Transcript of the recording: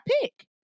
pick